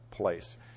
Place